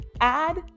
add